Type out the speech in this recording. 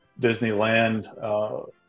Disneyland